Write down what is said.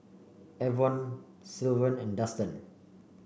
Avon Sylvan and Dustan